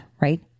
right